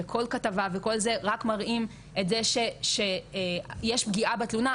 וכל כתבה וכדומה רק מראים את זה שיש פגיעה בתלונה,